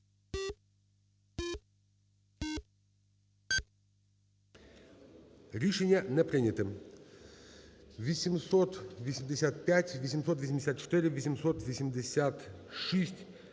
Рішення не прийнято. 885, 884, 886,